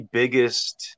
biggest